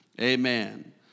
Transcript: amen